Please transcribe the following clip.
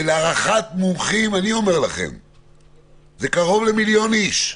שלהערכת מומחים זה קרוב למיליון איש,